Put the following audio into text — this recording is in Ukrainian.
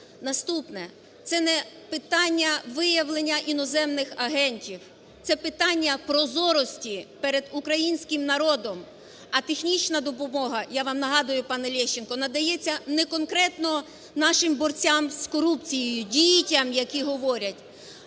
Наступне, це не питання виявлення іноземних агентів, це питання прозорості перед українським народом. А технічна допомога, я вам нагадую, пане Лещенко, надається не конкретно нашим борцям з корупцією, дітям, які говорять,